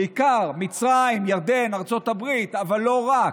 בעיקר במצרים, בירדן ובארצות הברית, אבל לא רק,